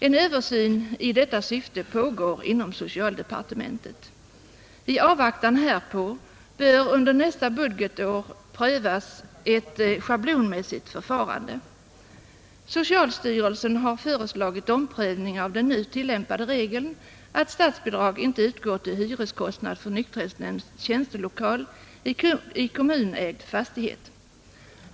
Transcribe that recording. En översyn i detta syfte pågår inom socialdepartementet. I avvaktan härpå bör under nästa budgetår prövas ett schablonmässigt förfarande. Socialstyrelsen har föreslagit omprövning av den nu tillämpade regeln att statsbidrag inte utgår till hyreskostnad för nykterhetsnämnds tjänstelokal i kommunägd fastighet.